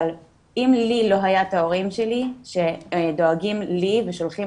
אבל אם לי לא היה את ההורים שלי שדואגים לי ושולחים